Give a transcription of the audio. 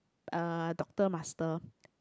uh doctor master